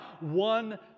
one